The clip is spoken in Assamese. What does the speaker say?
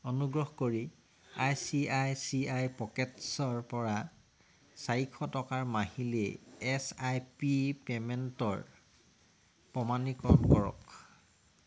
অনুগ্ৰহ কৰি I C I C I পকেটছ্ৰ পৰা চাৰিশ টকাৰ মাহিলী এছ আই পি পে'মেণ্টৰ প্ৰমাণীকৰণ কৰক